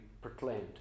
proclaimed